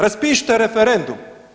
Raspišite referendum!